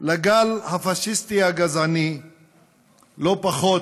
לגל הפאשיסטי הגזעני לא פחות,